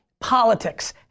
politics